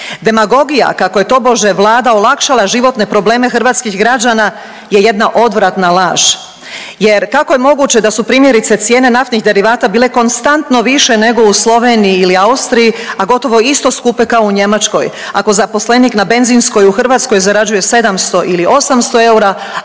Demagogija kako je tobože Vlada olakšala životne probleme hrvatskih građana je jedna odvratna laž jer kako je moguće da su primjerice cijene naftnih derivata bile konstantno više nego u Sloveniji ili Austriji, a gotovo isto skupe kao u Njemačkoj ako zaposlenik na benzinskoj u Hrvatskoj zarađuje 700 ili 800 eura,